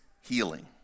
healing